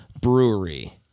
Brewery